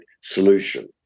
solution